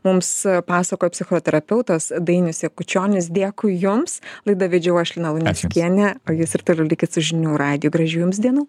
mums pasakojo psichoterapeutas dainius jakučionis dėkui jums laidą vedžiau aš lina luneckienė o jūs ir toliau likit su žinių radiju gražių jums dienų